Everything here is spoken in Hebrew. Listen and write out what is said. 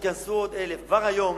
ייכנסו עוד 1,000. כבר היום,